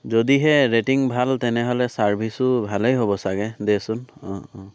যদিহে ৰেটিং ভাল তেনেহ'লে চাৰ্ভিছো ভালেই হ'ব চাগৈ দেচোন অঁ অঁ